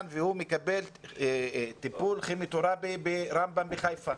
והוא מקבל טיפול כימותרפי ברמב"ם בחיפה.